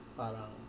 parang